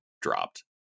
dropped